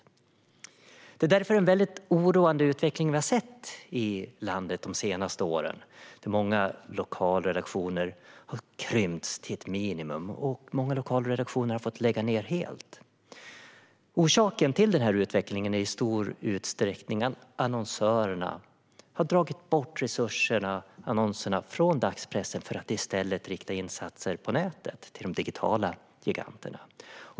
Det är därför en oroande utveckling vi har sett i landet de senaste åren. Många lokalredaktioner har krympts till ett minimum, och många har fått lägga ned helt. Orsaken till denna utveckling är i stor utsträckning att annonsörerna har dragit bort resurserna och annonserna från dagspressen för att i stället rikta insatserna på nätet, till de digitala giganterna.